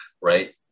right